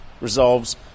resolves